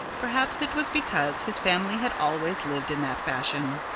perhaps it was because his family had always lived in that fashion.